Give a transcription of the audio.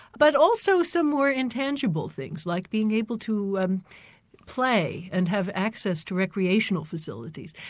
but also some more intangible things, like being able to play and have access to recreational facilities.